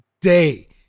day